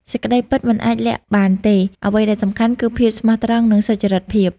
សេចក្ដីពិតមិនអាចលាក់បានទេ អ្វីដែលសំខាន់គឺភាពស្មោះត្រង់និងសុចរិតភាព។